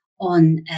on